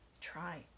try